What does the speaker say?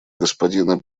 господина